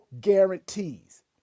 guarantees